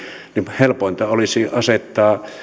helpointa olisi asettaa